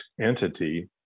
entity